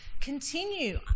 continue